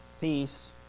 Peace